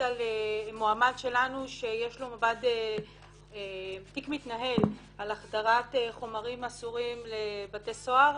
מועמד שלנו שיש לו תיק מתנהל על החדרת חומרים אסורים לבתי הסוהר.